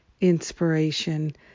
inspiration